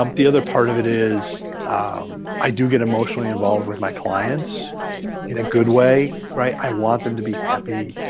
um the other part of it is i do get emotionally involved with my clients in a good way, i want them to be happy.